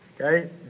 okay